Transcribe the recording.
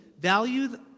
value